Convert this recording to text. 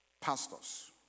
pastors